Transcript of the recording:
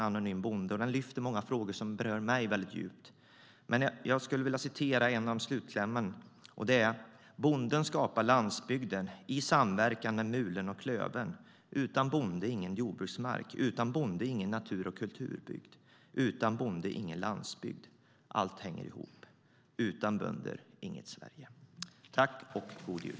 Boken lyfter upp många frågor som berör mig djupt. I slutklämmen står det: Bonden skapar landsbygden, i samverkan med mulen och klöven. Utan bonde ingen jordbruksmark. Utan bonde ingen natur och kulturbygd. Utan bonde ingen landsbygd. Allt hänger ihop. Utan bönder inget Sverige. God jul!